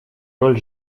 роль